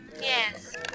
Yes